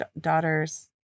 Daughters